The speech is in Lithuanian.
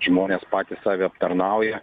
žmonės patys save aptarnauja